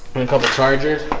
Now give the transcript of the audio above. then call the chargers,